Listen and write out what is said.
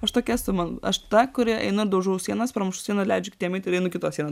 aš tokia esu man aš ta kuri einu ir daužau sienas pramušu sieną ir leidžiu kitiem eiti ir einu kitos sienos